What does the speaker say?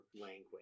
language